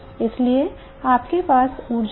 इसलिए आपके पास ऊर्जा है